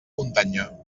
muntanya